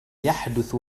يحدث